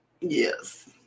Yes